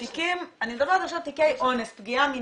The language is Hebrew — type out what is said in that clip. שבתיקים, אני מדברת על תיקי אונס, פגיעה מינית.